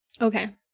Okay